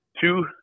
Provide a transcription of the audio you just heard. two